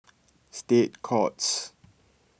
State Courts